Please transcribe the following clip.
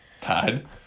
tied